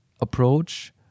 approach